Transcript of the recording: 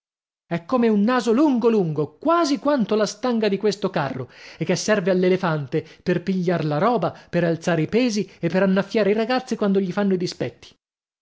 è come un naso lungo lungo quasi quanto la stanga di questo carro e che serve all'elefante per pigliar la roba per alzare i pesi e per annaffiare i ragazzi quando gli fanno i dispetti